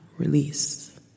Release